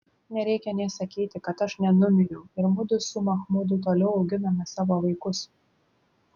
nereikia nė sakyti kad aš nenumiriau ir mudu su machmudu toliau auginome savo vaikus